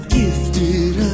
gifted